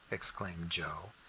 exclaimed joe,